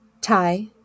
Thai